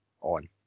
on